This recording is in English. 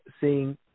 seeing